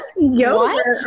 yogurt